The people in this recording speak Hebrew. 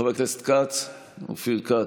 חבר הכנסת אופיר כץ,